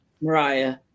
Mariah